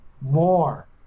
more